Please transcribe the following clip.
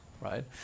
right